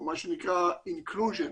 או מה שנקרא inclusion.